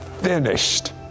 finished